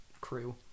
crew